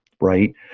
right